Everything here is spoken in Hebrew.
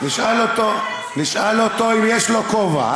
נשאל אותו אם יש לו כובע,